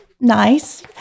nice